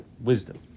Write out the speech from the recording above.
wisdom